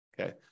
Okay